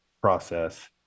process